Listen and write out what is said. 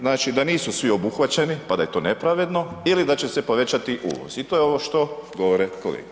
Znači da nisu svi obuhvaćeni pa da je to nepravedno ili da će se povećati uvoz i to je ovo što govore kolege.